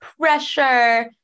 pressure